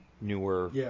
newer